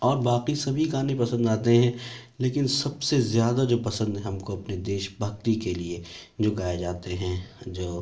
اور باقی سبھی گانے پسند آتے ہیں لیکن سب سے زیادہ جو پسند ہے ہم کو اپنے دیش بھکتی کے لیے جو گائے جاتے ہیں جو